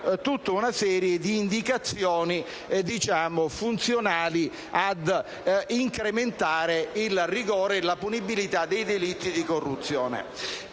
tutta una serie di indicazioni funzionali ad incrementare la punibilità dei delitti di corruzione